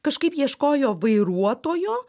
kažkaip ieškojo vairuotojo